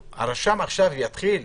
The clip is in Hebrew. נכון.